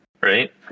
right